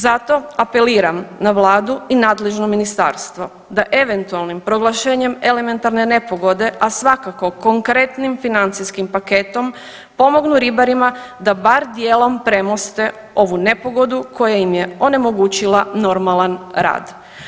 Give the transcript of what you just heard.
Zato apeliram na vladu i nadležno ministarstvo da eventualnim proglašenjem elementarne nepogode, a svakako konkretnim financijskim paketom pomognu ribarima da bar dijelom premoste ovu nepogodu koja im je onemogućila normalan rad.